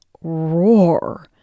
roar